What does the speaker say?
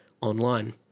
online